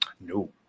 No